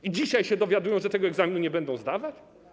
I dzisiaj się dowiadują, że tego egzaminu nie będą zdawać?